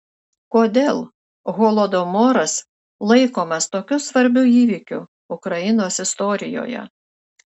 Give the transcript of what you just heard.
kodėl holodomoras laikomas tokiu svarbiu įvykiu ukrainos istorijoje